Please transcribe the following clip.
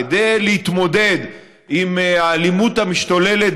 כדי להתמודד עם האלימות המשתוללת,